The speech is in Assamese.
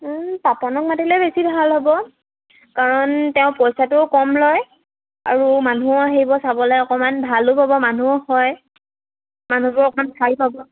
পাপনক মাতিলে বেছি ভাল হ'ব কাৰণ তেওঁ পইচাটোও কম লয় আৰু মানুহ আহিব চাবলৈ অকণমান ভালো পাব মানুহো হয় মানুহবোৰো অকণমান চাই পাব